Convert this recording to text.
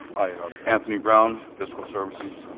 i am anthony brown, fiscal services,